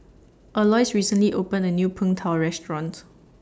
Alois recently opened A New Png Tao Restaurant